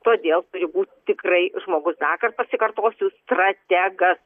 todėl jeigu tikrai žmogus dar kart pasikartosiu strategas